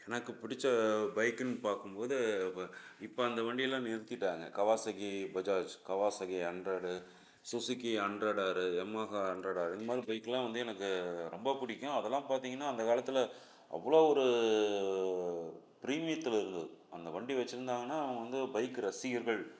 எனக்குப் பிடிச்ச பைக்குன்னு பார்க்கும்போது இப்போ இப்போ அந்த வண்டியெல்லாம் நிறுத்திட்டாங்கள் Kawasaki Bajaj Kawasaki hundred Suzuki hundred R Yamaha hundred R இது மாதிரி பைக்குலாம் வந்து எனக்கு ரொம்பப் பிடிக்கும் அதெல்லாம் பார்த்திங்கன்னா அந்தக் காலத்தில் அவ்வளோ ஒரு ப்ரீமியத்தில் இருந்தது அந்த வண்டி வச்சிருந்தாங்கன்னா அவங்க வந்து பைக்கு ரசிகர்கள்